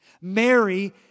Mary